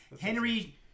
henry